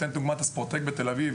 אתן כדוגמה את הספורטק בתל אביב,